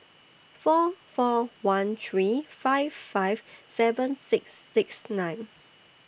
four four one three five five seven six six nine